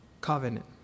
covenant